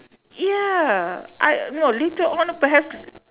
yeah I no later on perhaps